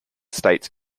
states